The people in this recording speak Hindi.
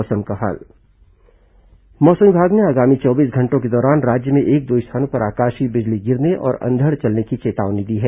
मौसम मौसम विभाग ने आगामी चौबीस घंटों के दौरान राज्य में एक दो स्थानों पर आकाशीय बिजली गिरने और अंधड चलने की चेतावनी दी है